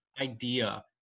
idea